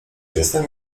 jestem